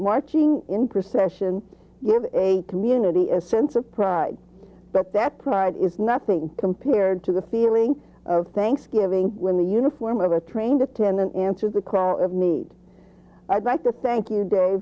marching in procession you have a community a sense of pride but that pride is nothing compared to the feeling of thanksgiving when the uniform of a trained attendant answered the call of me i'd like to thank you